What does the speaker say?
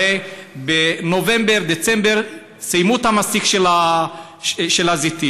הרי בנובמבר-דצמבר סיימו את מסיק הזיתים.